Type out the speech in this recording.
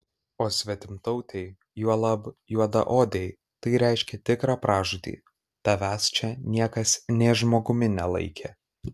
o svetimtautei juolab juodaodei tai reiškė tikrą pražūtį tavęs čia niekas nė žmogumi nelaikė